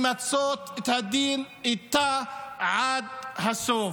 למצות את הדין איתה עד הסוף.